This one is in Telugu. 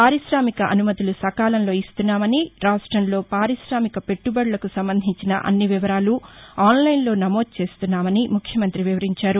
పారిశామిక అనుమతులు సకాలంలో ఇస్తున్నామని రాష్టంలో పారిశామిక పెట్టబడులకు సంబంధించిన అన్ని వివరాలు ఆన్లైన్లో నమోదు చేస్తున్నామని ముఖ్యమంత్రి వివరించారు